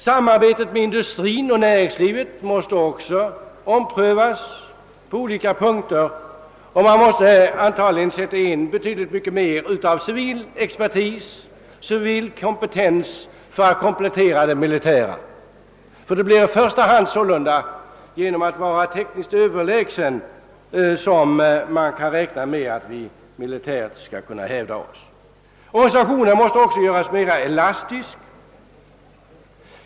Samarbetet med industrin och näringslivet måste också omprövas på olika punkter och betydligt mer av civil expertis måste antagligen sättas in; det behövs civil kompetens för att komplettera den militära, eftersom det i första hand blir beroende på vår tekniska överlägsenhet, om vi militärt skall kunna hävda oss. Organisationen måste även göras mera elastisk.